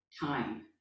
time